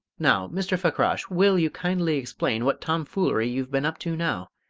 now, mr. fakrash, will you kindly explain what tomfoolery you've been up to now?